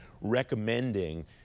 recommending